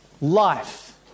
life